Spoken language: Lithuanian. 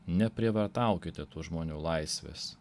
neprievartaukite tų žmonių laisvės